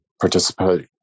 participate